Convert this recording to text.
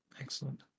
Excellent